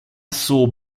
saw